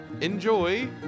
enjoy